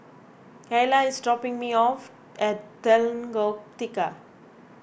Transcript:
Kyla is dropping me off at Lengkok Tiga